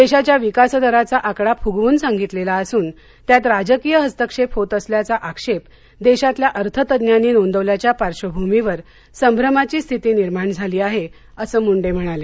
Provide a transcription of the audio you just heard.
देशाच्या विकासदाराचा आकडा फुगवून सांगितलेला असून त्यात राजकीय हस्तक्षेप होत असल्याचा आक्षेप देशातल्या अर्थतज्ञांनी नोंदवल्याच्या पार्श्वभूमीवर संभ्रमाची स्थिती निर्माण झाली आहे असं मुंडे म्हणाले